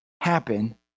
happen